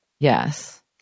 Yes